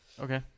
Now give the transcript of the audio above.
Okay